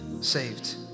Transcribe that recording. saved